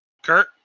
Kurt